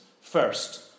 first